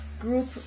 group